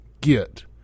get